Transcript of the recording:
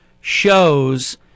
shows